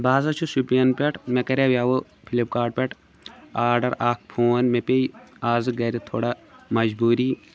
بہٕ ہَسا چھُس شُپیَن پٮ۪ٹھ مےٚ کَرے یَوٕ فِلِپکارٹ پٮ۪ٹھ آرڈَر اَکھ فون مےٚ پیٚیہِ آز گَرِ تھوڑا مجبوٗری